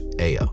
AO